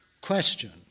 question